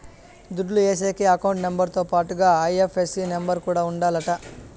దుడ్లు ఏసేకి account number తో పాటుగా ఐ.ఎఫ్.ఎస్.సి నెంబర్ కూడా ఉండాలంట